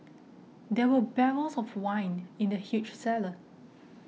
there were barrels of wine in the huge cellar